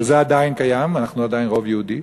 וזה עדיין קיים, אנחנו עדיין רוב יהודי,